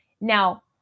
Now